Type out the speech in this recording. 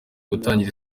gutangira